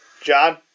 John